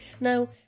now